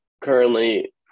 currently